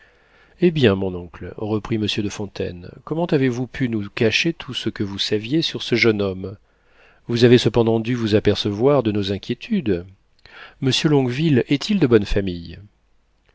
eh bien mon oncle reprit monsieur de fontaine comment avez-vous pu nous cacher tout ce que vous saviez sur ce jeune homme vous avez cependant dû vous apercevoir de nos inquiétudes monsieur de longueville est-il de bonne famille